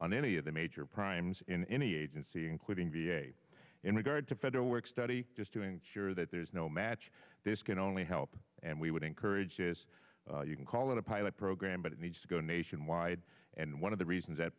on any of the major primes in any agency including v a in regard to federal work study just to ensure that there's no match this can only help and we would encourage is you can call it a pilot program but it needs to go nationwide and one of the reasons that